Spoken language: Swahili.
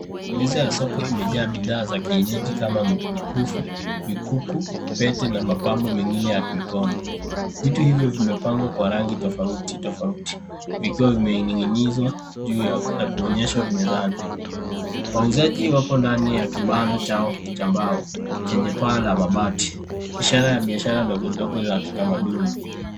Meza ya soko imejaa bidhaa ya kienyeji kama mikufu, vikuku, pete na mapambo mengine ya mikono. Vitu hivyo vimepangwa kwa rangi tofauti tofauti vikiwa vimening'inizwa juu ya kuonyeshwa mezani. Wauzaji wapo ndani ya kibanda chao cha mbao chenye paa la mabati, ishara ya biashara ndogo ndogo za kitamaduni.